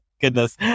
Goodness